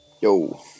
Yo